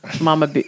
mama